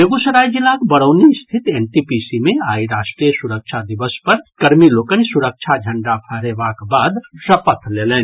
बेगूसराय जिलाक बरौनी स्थित एनटीपीसी मे आइ राष्ट्रीय सुरक्षा दिवस पर कर्मी लोकनि सुरक्षा झंडा फहरेबाक बाद शपथ लेलनि